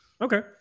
Okay